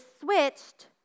switched